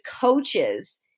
coaches